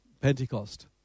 Pentecost